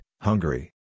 Hungary